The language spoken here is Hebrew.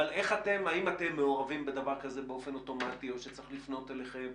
אבל אתם מעורבים בדבר כזה באופן אוטומטי או שצריך לפנות אליכם?